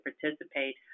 participate